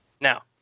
Now